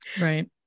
right